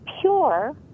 pure